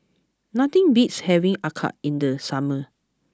nothing beats having Acar in the summer